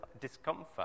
discomfort